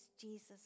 Jesus